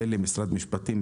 משרד המשפטים,